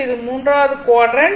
இது மூன்றாவது குவாட்ரண்ட்